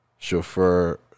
Chauffeur